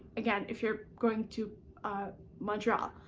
again, if you're going to montreal.